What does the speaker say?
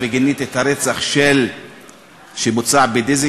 גברתי היושבת-ראש, תודה, חברות וחברים,